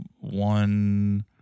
one